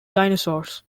dinosaurs